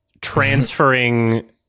transferring